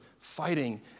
fighting